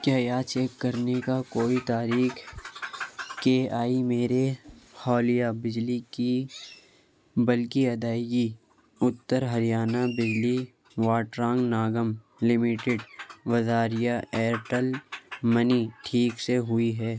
کیا یہ چیک کرنے کا کوئی تاریخ کہ آئی میرے حولیہ بجلی کی بل کی ادائیگی اتّر ہریانہ دہلی واٹرانگ ناگم لمیٹڈ وزاریہ ایئرٹل منی ٹھیک سے ہوئی ہے